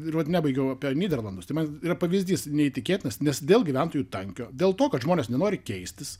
ir vat nebaigiau apie nyderlandus tai man yra pavyzdys neįtikėtinas nes dėl gyventojų tankio dėl to kad žmonės nenori keistis